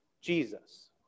Jesus